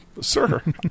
Sir